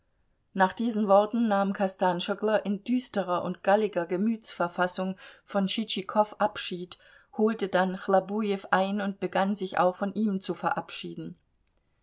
nach diesen worten nahm kostanschoglo in düsterer und galliger gemütsverfassung von tschitschikow abschied holte dann chlobujew ein und begann sich auch von ihm zu verabschieden